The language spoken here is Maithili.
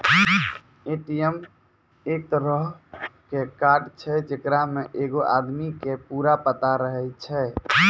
ए.टी.एम एक तरहो के कार्ड छै जेकरा मे एगो आदमी के पूरा पता रहै छै